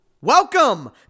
Welcome